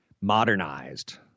modernized